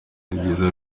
byiza